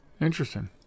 interesting